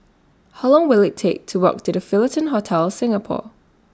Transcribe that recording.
How Long Will IT Take to Walk to The Fullerton Hotel Singapore